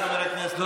חבר הכנסת מוסי רז.